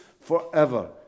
forever